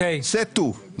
זה הכול,